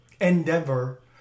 Endeavor